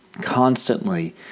constantly